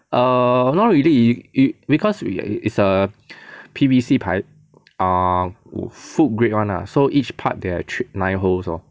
err not really it because we it's a P_V_C type err food grade one lah so each part there are three~ nine holes lor